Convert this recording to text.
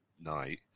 night